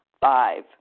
Five